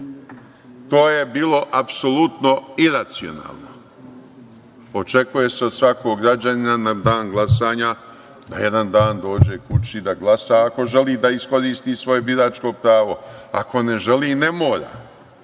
To je bilo apsolutno iracionalno. Očekuje se od svakog građanina da na dan glasanja dođe kući, da glasa, ako želi da iskoristi svoje biračko pravo. Ako ne želi, ne mora.